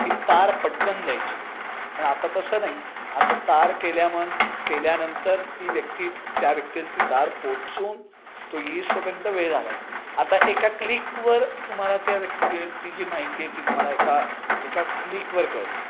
ही तार पटकन जायची पण आता तसं नाही आता तार केल्या मन केल्यानंतर ती व्यक्ती त्या व्यक्तीला ती तार पोचून तो येईस्तोपर्यंत वेळ झालाच आता एका क्लिकवर तुम्हाला त्या व्यक्ती ती जी माहिती आहे ती तुम्हाला एका एका क्लिकवर कळते